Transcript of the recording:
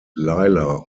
lila